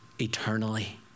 eternally